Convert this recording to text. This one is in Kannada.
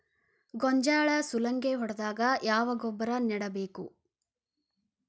ಗೋಂಜಾಳ ಸುಲಂಗೇ ಹೊಡೆದಾಗ ಯಾವ ಗೊಬ್ಬರ ನೇಡಬೇಕು?